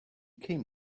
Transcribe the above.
came